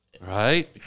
Right